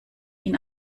ihn